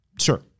Sure